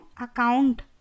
account